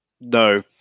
No